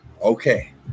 Okay